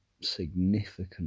significant